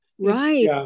Right